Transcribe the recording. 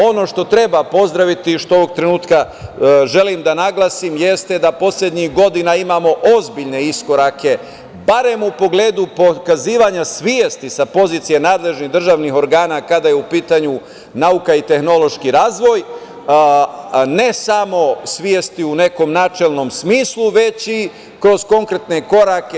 Ono što treba pozdraviti, što ovog trenutka želim da naglasim, jeste da poslednjih godina imamo ozbiljne iskorake, barem u pogledu pokazivanja svesti sa pozicije nadležnih državnih organa, kada je u pitanju nauka i tehnološki razvoj, ne samo svesti u nekom načelnom smislu, već i kroz konkretne korake.